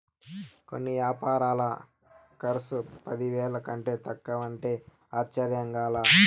కొన్ని యాపారాల కర్సు పదివేల కంటే తక్కువంటే ఆశ్చర్యంగా లా